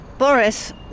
Boris